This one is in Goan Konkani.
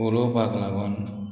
उलोवपाक लागोन